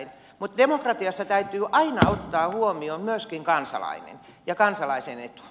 mutta demokratiassa täytyy aina ottaa huomioon myöskin kansalainen ja kansalaisen etu